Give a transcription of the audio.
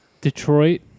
detroit